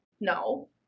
No